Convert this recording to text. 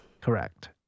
Correct